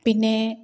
പിന്നെ